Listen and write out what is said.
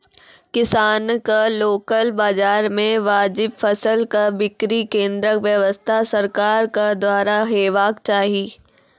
किसानक लोकल बाजार मे वाजिब फसलक बिक्री केन्द्रक व्यवस्था सरकारक द्वारा हेवाक चाही?